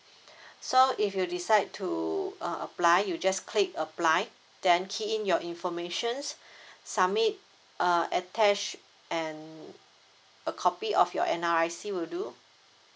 so if you decide to uh apply you just click apply then key in your informations submit uh attach an a copy of your N_R_I_C will do